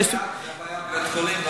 זאת בעיה בבית-החולים,